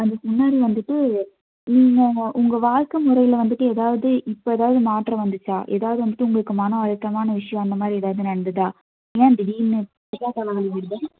அதுக்கு முன்னாடி வந்துட்டு நீங்கள் உங்கள் உங்கள் வாழ்க்கை முறையில் வந்துட்டு எதாவது இப்போ எதாவது மாற்றம் வந்துச்சா எதாவது வந்துட்டு உங்களுக்கு மன அழுத்தமான விஷயம் அது மாதிரி எதாவது நடந்துதா ஏன் திடீரெனு ஒற்றை தலை வலி வருது